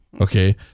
Okay